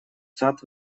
сад